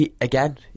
again